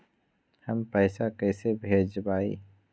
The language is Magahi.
हम पैसा कईसे भेजबई?